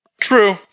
True